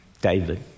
David